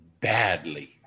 badly